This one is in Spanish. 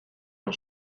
con